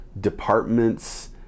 departments